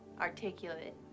articulate